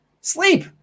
sleep